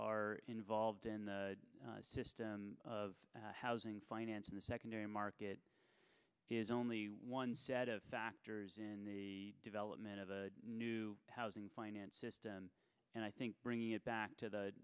are involved in the system of housing finance in the secondary market is only one set of factors in the development of a new housing finance system and i think bringing it back to the